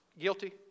Guilty